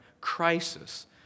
crisis